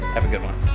have a good one.